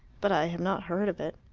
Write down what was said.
but i have not heard of it.